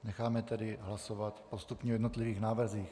Necháme tedy hlasovat postupně o jednotlivých návrzích.